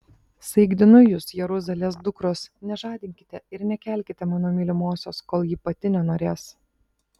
saikdinu jus jeruzalės dukros nežadinkite ir nekelkite mano mylimosios kol ji pati nenorės